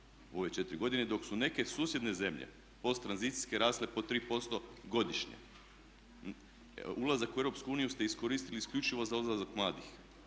ove četiri godine, dok su neke susjedne zemlje post tranzicijske rasle po 3% godišnje. Ulazak u EU ste iskoristili isključivo za odlazak mladih.